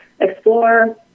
Explore